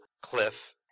cliff